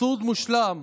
אבסורד מושלם.